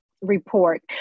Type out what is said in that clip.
report